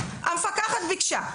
המפקחת ביקשה,